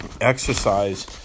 exercise